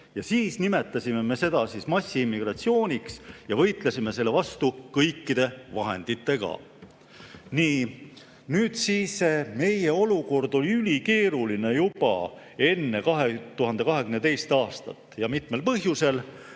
Ja siis nimetasime me seda massiimmigratsiooniks ja võitlesime selle vastu kõikide vahenditega. Seega meie olukord oli ülikeeruline juba enne 2022. aastat, ja mitmel põhjusel.